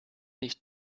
nicht